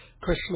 Chris